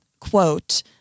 quote-